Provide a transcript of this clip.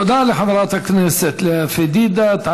תודה לחברת הכנסת פדידה.